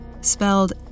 spelled